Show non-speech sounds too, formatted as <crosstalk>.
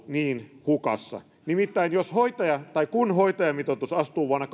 niin hukassa nimittäin kun hoitajamitoitus astuu vuonna <unintelligible>